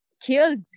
killed